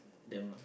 them ah